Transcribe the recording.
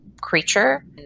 creature